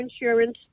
insurance